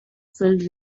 filled